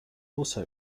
also